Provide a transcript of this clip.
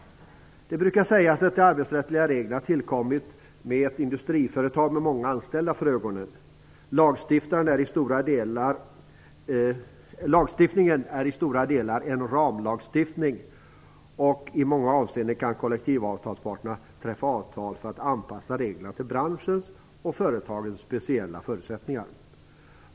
Det brukar sägas att de arbetsrättsliga reglerna tillkommit med ett industriföretag med många anställda för ögonen. Lagstiftningen är i stora delar en ramlagstiftning, och i många avseenden kan kollektivavtalsparterna träffa avtal för att anpassa reglerna till branschens och företagens speciella förutsättningar.